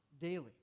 daily